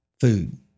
food